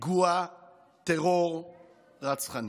בפיגוע טרור רצחני.